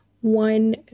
one